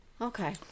Okay